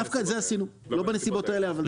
דווקא את זה עשינו, לא בנסיבות האלה אבל...